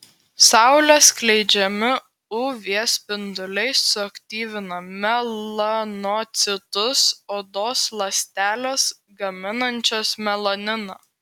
saulės skleidžiami uv spinduliai suaktyvina melanocitus odos ląsteles gaminančias melaniną